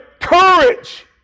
courage